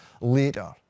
later